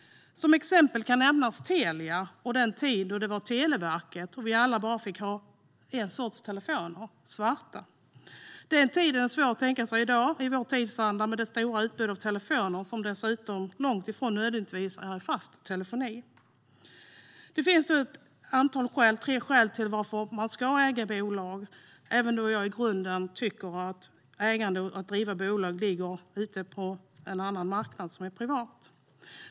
Som exempel kan nämnas Telia och den tid då det var Televerket, då vi alla bara fick ha en sorts telefoner: svarta. Den tiden är svår att tänka sig i dag med vår tidsanda och vårt stora utbud av telefoner, som dessutom långt ifrån nödvändigtvis är för fast telefoni. Det finns tre skäl till att äga bolag - även om jag i grunden tycker att ägande och drivande av bolag ligger på en annan marknad, som är privat.